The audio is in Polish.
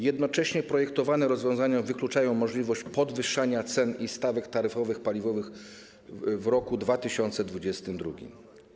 Jednocześnie projektowane rozwiązania wykluczają możliwość podwyższenia cen i stawek taryfowych paliwowych w roku 2022.